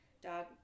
dog